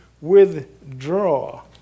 withdraw